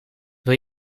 wil